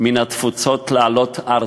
יש שתי הצעות חוק שעוסקות בעידוד מקצוע ההוראה,